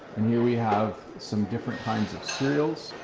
and here we have some different kinds of cereals.